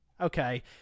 Okay